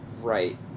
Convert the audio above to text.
Right